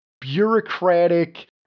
bureaucratic